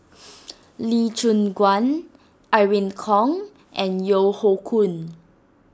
Lee Choon Guan Irene Khong and Yeo Hoe Koon